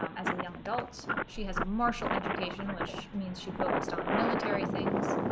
um as a young adult. she has a martial education, which means she focused on military things